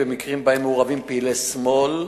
במקרים שבהם מעורבים פעילי שמאל,